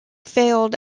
failed